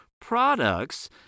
products